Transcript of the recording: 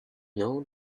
know